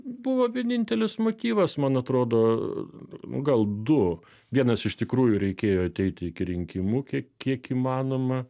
buvo vienintelis motyvas man atrodo gal du vienas iš tikrųjų reikėjo ateiti iki rinkimų kiek kiek įmanoma